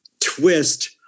twist